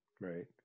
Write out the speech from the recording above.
Right